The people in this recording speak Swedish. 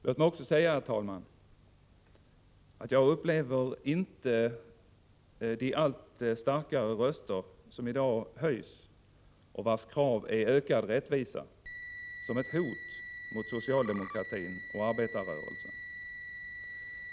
Låt mig också säga, herr talman, att jag inte upplever de allt starkare röster, som i dag hörs och vilkas krav är ökad rättvisa, som ett hot mot socialdemokratin och arbetarrörelsen.